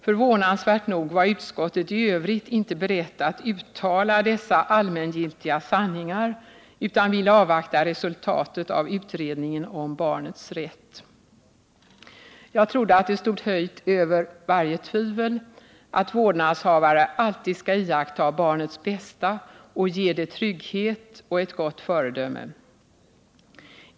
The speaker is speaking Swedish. Förvånansvärt nog var utskottet i övrigt inte berett att uttala dessa allmängiltiga sanningar utan ville avvakta resultatet av utredningen om barnets rätt. Jag trodde att det stod höjt över varje tvivel att vårdnadshavare alltid skall iaktta barnets bästa och ge det trygghet och ett gott föredöme.